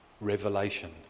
revelation